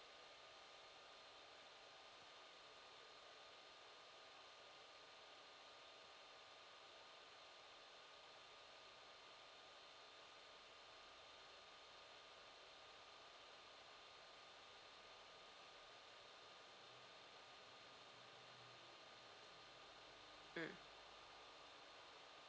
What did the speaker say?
mmhmm